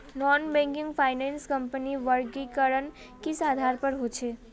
Non banking finance कंपनीर वर्गीकरण किस आधार पर होचे?